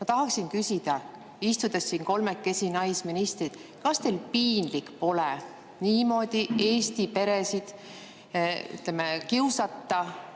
Ma tahan küsida: istudes siin kolmekesi, naisministrid, kas teil piinlik pole niimoodi Eesti peresid kiusata